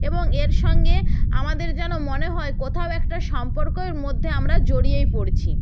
এবং এর সঙ্গে আমাদের যেন মনে হয় কোথাও একটা সম্পর্কের মধ্যে আমরা জড়িয়েই পড়ছি